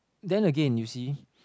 then again you see